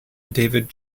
david